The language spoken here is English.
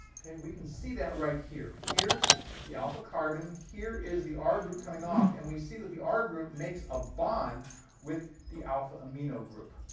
we can see that right here. here's the alpha carbon. here is the r group coming off, and we see that the r group makes a bond with the alpha amino group.